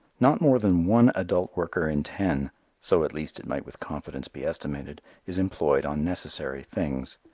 not more than one adult worker in ten so at least it might with confidence be estimated is employed on necessary things.